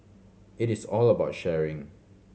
it is all about sharing